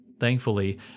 Thankfully